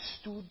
stood